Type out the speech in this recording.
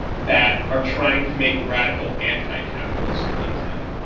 that are trying to make radical anticapitalist content?